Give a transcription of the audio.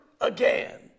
again